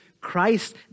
Christ